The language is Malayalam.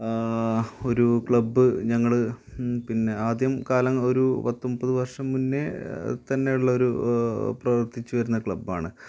ഒരു ക്ലബ്ബ് ഞങ്ങള് പിന്നെ ആദ്യം കാലം ഒരു പത്ത് മുപ്പത് വർഷം മുന്നേ തന്നേള്ളൊരു പ്രവർത്തിച്ച് വരുന്നൊരു ക്ലബ്ബാണ്